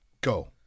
go